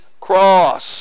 cross